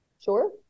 Sure